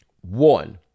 One